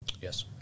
Yes